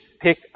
pick